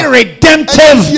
redemptive